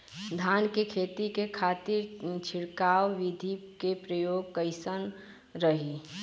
धान के खेती के खातीर छिड़काव विधी के प्रयोग कइसन रही?